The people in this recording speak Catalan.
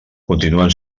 continuen